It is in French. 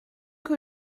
que